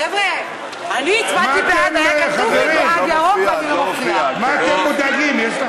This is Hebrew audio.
חברים, מה אתם מודאגים?